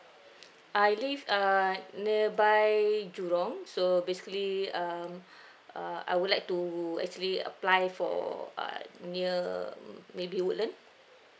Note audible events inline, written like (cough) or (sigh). I live uh nearby jurong so basically um (breath) uh I would like to actually apply for uh near mm maybe woodland